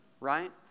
right